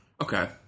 Okay